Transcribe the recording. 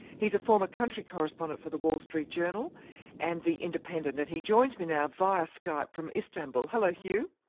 he's a former country correspondent for the wall street journal and the independent and he joins me now via skype from istanbul. hello hugh.